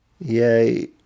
Yay